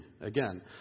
Again